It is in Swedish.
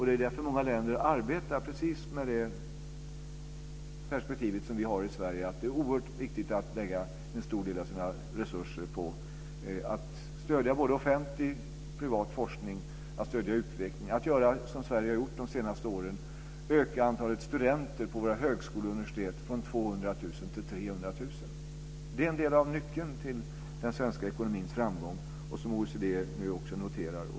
Det är därför som många länder också arbetar med precis det perspektiv som vi har i Sverige, att det är oerhört viktigt att lägga en stor del av resurserna på att stödja både offentlig och privat forskning och att stödja utveckling. Det är också viktigt att göra som Sverige har gjort de senaste åren när vi har ökat antalet studenter på våra högskolor och universitet från 200 000 till 300 000. Det är en del av nyckeln till den svenska ekonomins framgång, något som OECD nu också noterar.